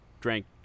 drank